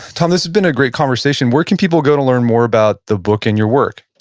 tom, this has been a great conversation. where can people go to learn more about the book and your work?